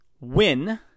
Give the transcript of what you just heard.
win